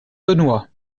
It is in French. benoît